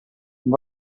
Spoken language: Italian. non